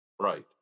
Right